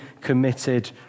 committed